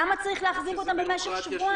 למה צריך להחזיק אותם במשך שבועיים?